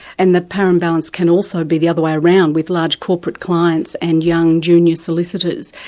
and the power imbalance can also be the other way around, with large corporate clients and young junior solicitors,